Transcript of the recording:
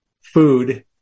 food